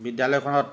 বিদ্যালয়খনত